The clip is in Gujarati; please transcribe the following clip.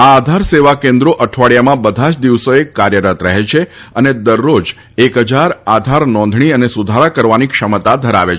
આ આધાર સેવા કેન્દ્રો અઠવાડિયામાં બધા જ દિવસોએ કાર્યરત રહે છે અને દરરોજ એક ફજાર આધાર નોંધણી તથા સુધારા કરવાની ક્ષમતા ધરાવે છે